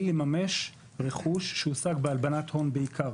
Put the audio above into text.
לממש רכוש שהושג בהלבנת הון בעיקר.